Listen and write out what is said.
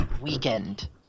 weekend